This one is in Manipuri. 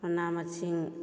ꯃꯅꯥ ꯃꯁꯤꯡ